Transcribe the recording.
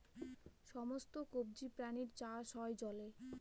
সমস্ত কবজি প্রাণীর চাষ হয় জলে